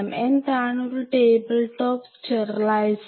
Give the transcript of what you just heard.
എന്താന്ന് ഒരു table top steriliser